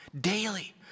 daily